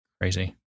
Crazy